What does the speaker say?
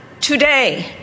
today